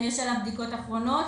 יש עליו בדיקות אחרונות,